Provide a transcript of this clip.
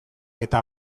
eta